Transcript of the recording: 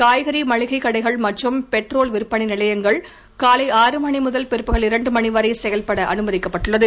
காய்கறி மற்றும் மளிகைக்கடைகள் மற்றும் பெட்ரோல் விற்பனை நிலையங்கள் காலை ஆறு மணி முதல் பிற்பகல் இரண்டு மணி வரை செயல்பட அனுமதிக்கப்பட்டுள்ளது